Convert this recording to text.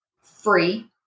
free